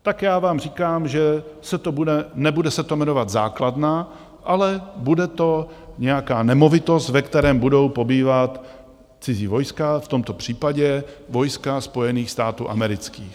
Tak já vám říkám, že se to nebude jmenovat základna, ale bude to nějaká nemovitost, ve které budou pobývat cizí vojska, v tomto případě vojska Spojených států amerických.